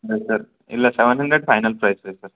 ಅದೇ ಸರ್ ಇಲ್ಲ seven hundred final price ರಿ ಸರ್